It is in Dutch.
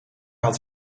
had